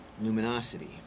luminosity